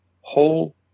whole